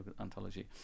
anthology